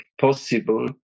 possible